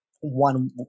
one